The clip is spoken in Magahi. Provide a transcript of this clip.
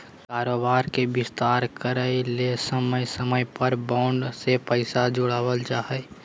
कारोबार के विस्तार करय ले समय समय पर बॉन्ड से पैसा जुटावल जा हइ